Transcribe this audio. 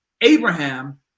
abraham